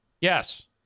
Yes